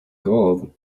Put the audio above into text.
gold